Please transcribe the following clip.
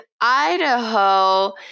Idaho